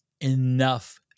enough